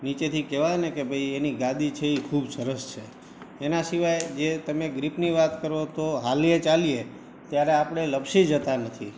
નીચેથી કહેવાય ને કે ભઇ એની ગાદી છે એ ખૂબ સરસ છે એનાં સિવાય જે તમે ગ્રીપની વાત કરો તો હાલીએ ચાલીએ ત્યારે આપણે લપસી જતા નથી